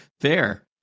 Fair